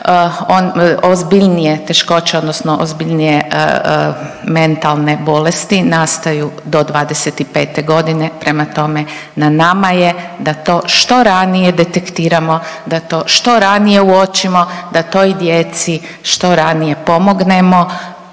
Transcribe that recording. ozbiljnije teškoće odnosno ozbiljnije mentalne bolesti nastaju do 25.g., prema tome na nama je da to što ranije detektiramo, da to što ranije uočimo, da toj djeci što ranije pomognemo